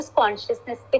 consciousness